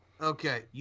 Okay